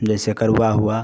जैसे करूहा हुआ